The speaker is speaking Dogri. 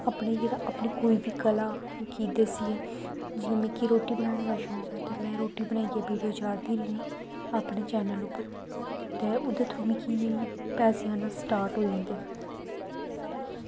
अपनी जगह् अपनी कोल बी कला क्योंकि दस्सियै जियां मिगी रुट्टी बनाने दा शौक ऐ ते में रुट्टी बनाइयै वीडियो चाढ़दी रैह्न्नी अपने चैनल उप्पर ते ओह्दे थ्रू मिगी पैसे आना स्टार्ट होई जंदे